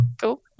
Cool